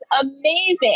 amazing